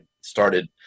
started